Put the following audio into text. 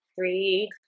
Three